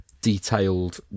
detailed